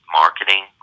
marketing